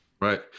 Right